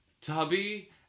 tubby